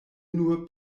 nur